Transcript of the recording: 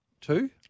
two